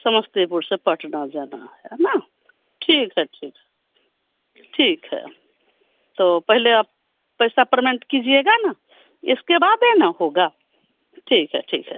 समस्तीपुर से पटना जाना है है ना ठीक है ठीक है ठीक है तो पहले आप पैसा पेरमेंट कीजिएगा ना इसके बाद ही ना होगा ठीक है ठीक है